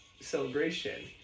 celebration